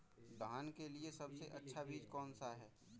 धान के लिए सबसे अच्छा बीज कौन सा है?